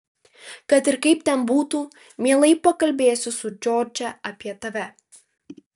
kad ir kaip ten būtų mielai pakalbėsiu su džordže apie tave